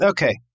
Okay